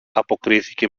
αποκρίθηκε